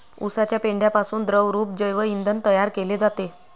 उसाच्या पेंढ्यापासून द्रवरूप जैव इंधन तयार केले जाते